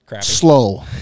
slow